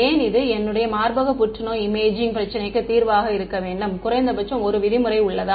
ஏன் இது என்னுடைய மார்பக புற்றுநோய் இமேஜிங் பிரச்சினைக்கு தீர்வாக இருக்க வேண்டும் குறைந்தபட்சம் 1 விதிமுறை உள்ளதா